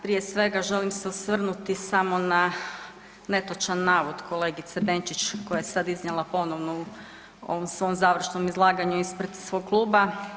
Prije svega želim se osvrnuti samo na netočan navod kolegice Benčić koja je sad iznijela ponovno u ovom svom završnom izlaganju ispred svog kluba.